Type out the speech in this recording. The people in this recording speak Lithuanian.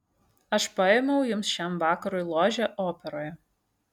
aš paėmiau jums šiam vakarui ložę operoje